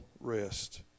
rest